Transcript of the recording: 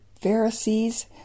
Pharisees